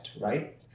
right